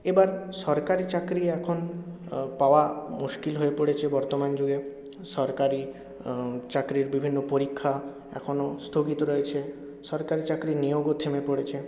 এবার সরকারি চাকরি এখন পাওয়া মুশকিল হয়ে পড়েছে বর্তমান যুগে সরকারি চাকরির বিভিন্ন পরীক্ষা এখনও স্থগিত রয়েছে সরকারি চাকরির নিয়োগও থেমে পড়েছে